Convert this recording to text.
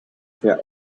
their